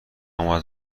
اومد